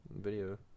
video